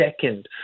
second